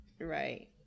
right